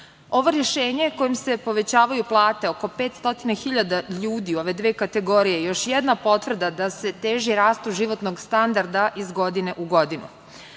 rešenje kojim se povećavaju plate oko 500.000 ljudi u ove dve kategorije je još jedna potvrda da se teži rastu životnog standarda iz godine u godinu.